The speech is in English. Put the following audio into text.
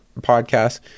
podcast